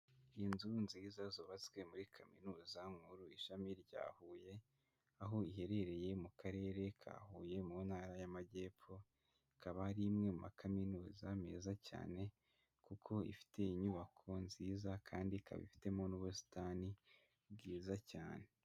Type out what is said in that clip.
Inzu nziza zubatswe muri kaminuza nkuru ishami rya Huye, aho iherereye mu Karere ka Huye mu ntara y'Amajyepfo, ikaba ari imwe mu makaminuza meza cyane kuko ifite inyubako nziza kandi ikaba ifitemo n'ubusitani bwiza cyane.